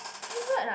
favorite ah